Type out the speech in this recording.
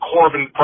Corbin